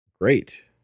Great